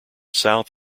south